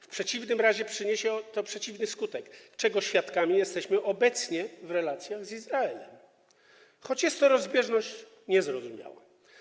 W przeciwnym razie przyniesie to przeciwny skutek, czego świadkami jesteśmy obecnie w relacjach z Izraelem, choć jest to rozbieżność niezrozumiała.